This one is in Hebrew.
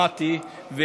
שמעתי,